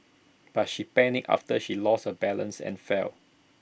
but she panicked after she lost her balance and fell